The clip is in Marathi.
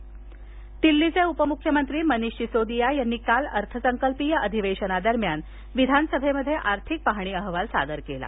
दिल्ली आर्थिक पाहणी दिल्लीचे उपमुख्यमंत्री मनिष सिसोदिया यांनी काल अर्थसंकल्पी अधिवेशनादरम्यान विधानसभेत आर्थिक पाहणी अहवाल सादर केला